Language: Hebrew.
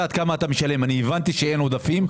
הבנתי שאין עודפים.